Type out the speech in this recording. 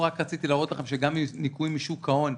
פה רציתי להראות לכם שגם ניכוי משוק ההון,